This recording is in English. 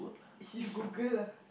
you Google lah